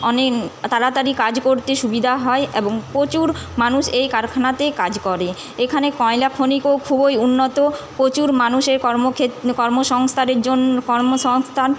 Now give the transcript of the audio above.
অনেক তাড়াতাড়ি কাজ করতে সুবিধা হয় এবং প্রচুর মানুষ এই কারখানাতে কাজ করে এখানে কয়লা খনিও খুবই উন্নত প্রচুর মানুষের কর্মক্ষেত কর্মসংস্থানের জন্য কর্মসংস্থান